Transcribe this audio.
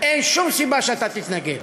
אין שום סיבה שאתה תתנגד.